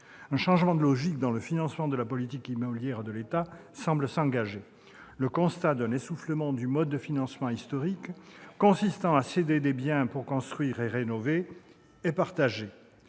Un changement de logique dans le financement de la politique immobilière de l'État semble s'engager. Le constat d'un essoufflement du mode de financement historique, consistant à céder des biens pour construire et rénover, est partagé.